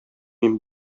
мин